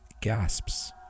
gasps